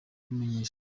kumenyesha